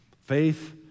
Faith